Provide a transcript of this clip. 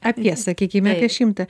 apie sakykim apie šimtą